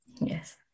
Yes